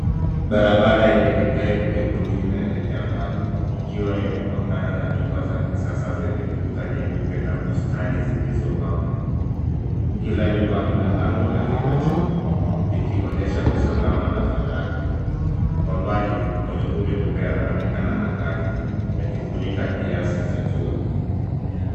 Barabara yenye vigae vyekundu inaelekea mbali ikiwa imepakana na nyumba za kisasa zenye kuta nyeupe na bustani zilizopambwa. Kila nyumba ina lango lake la chuma, likionyesha usalama na faraga. Kwa mbali, mawingu meupe yanaonekana angani, yakifunika kiasi cha jua.